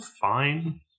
fine